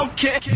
Okay